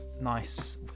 nice